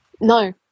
no